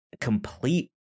complete